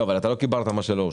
אבל לא קיבלת מה שלא אושר.